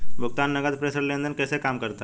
भुगतान नकद प्रेषण लेनदेन कैसे काम करता है?